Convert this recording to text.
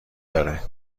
داره